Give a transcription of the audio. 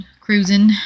cruising